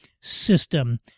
system